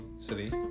city